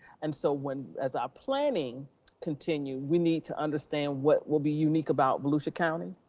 and so when, as our planning continue, we need to understand what will be unique about volusia county.